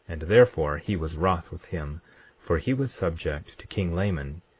and therefore he was wroth with him for he was subject to king laman,